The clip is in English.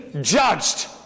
judged